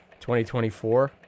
2024